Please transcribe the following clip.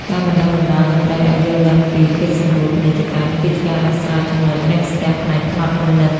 ការបណ្ដុះបណ្ដាលមន្ត្រីឱ្យយល់ដឹងពី "កិច្ចសម្រួលពាណិជ្ជកម្ម" គឺជាការដោះស្រាយចំណុចរាំងស្ទះផ្នែកផ្នត់គំនិត។